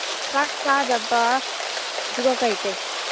ꯆꯥꯛ ꯆꯥꯗꯕ ꯑꯗꯨꯒ ꯀꯔꯤ ꯀꯔꯤ